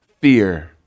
fear